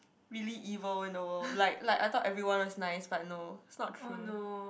really evil in the world like like I thought everyone was nice but no it's not true